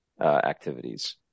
activities